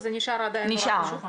אז זה נשאר עדיין הוראה --- נשאר.